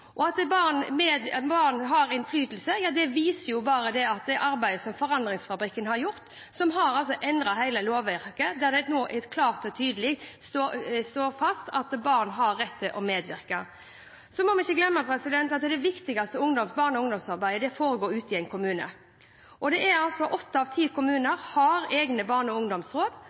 At barn har innflytelse, vises jo av det arbeidet som Forandringsfabrikken har gjort, og som har endret hele lovverket, der det nå klart og tydelig slås fast at barn har rett til å medvirke. Vi må ikke glemme at det viktigste barne- og ungdomsarbeidet foregår ute i kommunene, og åtte av ti kommuner har egne barne- og ungdomsråd. Jeg mener at en god kommune, som har en god ledelse som har satt barn og